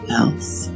else